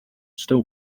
still